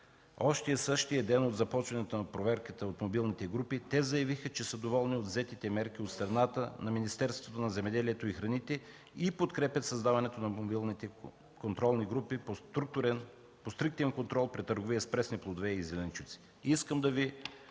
още на същия ден от започването на проверката от мобилните групи, те заявиха, че са доволни от взетите мерки от страна на Министерството на земеделието и храните и подкрепят създаването на мобилните контролни групи по стриктен контрол при търговия с пресни плодове и зеленчуци. (Председателят